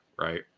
right